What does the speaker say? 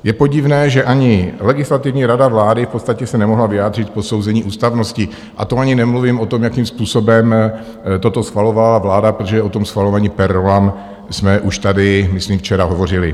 Je podivné, že ani Legislativní rada vlády v podstatě se nemohla vyjádřit k posouzení ústavnosti, a to ani nemluvím o tom, jakým způsobem toto schvalovala vláda, protože o tom schvalování per rollam jsme už tady myslím včera hovořili.